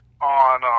on